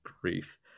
grief